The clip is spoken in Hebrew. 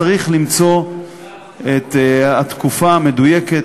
צריך למצוא את התקופה המדויקת,